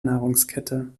nahrungskette